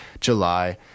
July